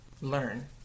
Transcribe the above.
learn